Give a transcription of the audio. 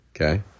okay